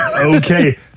Okay